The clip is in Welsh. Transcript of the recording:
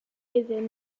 iddyn